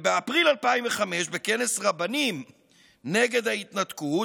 באפריל 2005, בכנס רבנים נגד ההתנתקות,